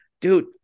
dude